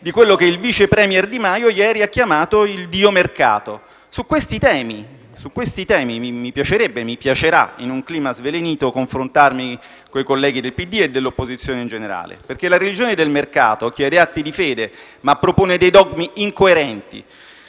di quello che il vice *premier* Di Maio ieri ha chiamato il dio mercato. Su questi temi mi piacerebbe e mi piacerà, in un clima svelenito, confrontarmi con i colleghi del PD e dell'opposizione in generale, perché la religione del mercato chiede atti di fede, ma propone dogmi incoerenti.